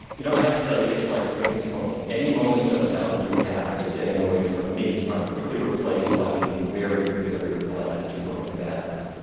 you know, i have to tell you, it's like quitting smoking. any moments of doubt you have as you're getting away from meat are quickly replaced by being very, very glad that you've broken a bad habit.